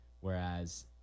Whereas